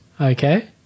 Okay